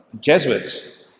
jesuits